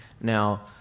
Now